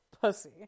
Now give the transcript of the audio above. pussy